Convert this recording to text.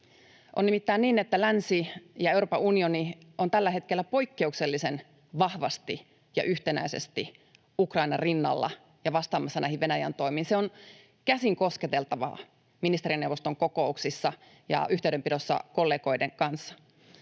On nimittäin niin, että länsi ja Euroopan unioni ovat tällä hetkellä poikkeuksellisen vahvasti ja yhtenäisesti Ukrainan rinnalla ja vastaamassa näihin Venäjän toimiin — se on käsin kosketeltavaa ministerineuvoston kokouksissa ja yhteydenpidossa kollegoiden kanssa.